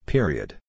Period